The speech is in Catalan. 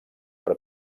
per